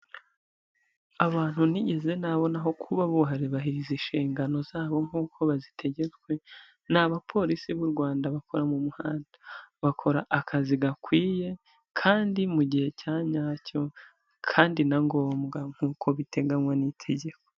Abantu ntigeze nabonaho kuba bubahiriza inshingano zabo nk'uko bazitegetswe, ni abapolisi b'u Rwanda bakora mu muhanda. Bakora akazi gakwiye kandi mu gihe cya nyacyo kandi na ngombwa nk'uko biteganywa n'itegeko.